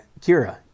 Kira